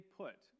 put